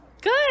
Good